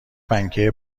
پنکه